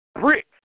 brick